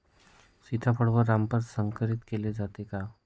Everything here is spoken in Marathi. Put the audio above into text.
सीताफळ व रामफळ संकरित केले जाते का?